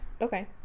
Okay